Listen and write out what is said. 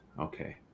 Okay